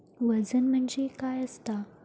वजन म्हणजे काय असता?